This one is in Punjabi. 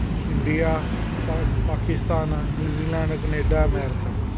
India Pak Pakistan New Zealand Canada America